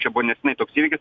čia buvo nesenai toks įvykis